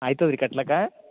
ಆಯ್ತದ್ರಿ ಕಟ್ಲಕ್ಕ